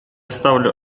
ставлю